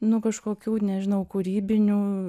nu kažkokių nežinau kūrybinių